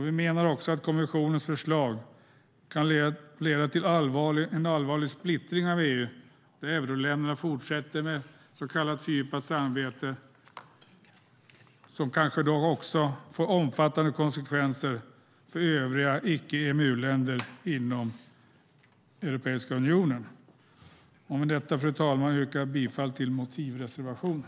Vi menar att kommissionens förslag kan leda till allvarlig splittring av EU där euroländerna fortsätter med ett så kallat fördjupat samarbete som kanske får omfattande konsekvenser för icke-EMU-länder inom Europeiska unionen. Med detta, fru talman, yrkar jag bifall till motivreservationen.